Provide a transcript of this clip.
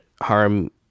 harm